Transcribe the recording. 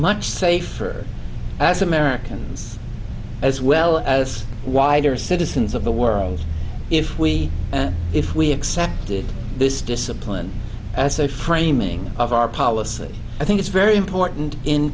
much safer as americans as well as wider citizens of the world if we if we accepted this discipline as a framing of our policy i think it's very important in